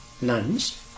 nuns